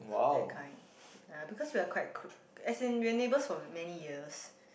that kind ya because we are quite cl~ as in we are neighbors for many years